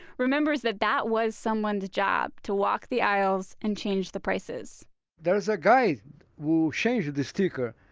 remembers that that was someone's job, to walk the aisles and change the prices there is a guy who changed the sticker.